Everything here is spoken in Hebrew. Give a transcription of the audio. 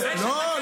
לא, לא,